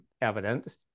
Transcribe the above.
evidence